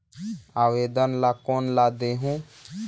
आवेदन ला कोन ला देहुं?